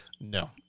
No